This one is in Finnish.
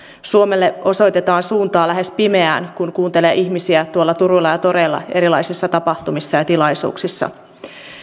suomelle osoitetaan suuntaa lähes pimeään kun kuuntelee ihmisiä tuolla turuilla ja toreilla erilaisissa tapahtumissa ja tilaisuuksissa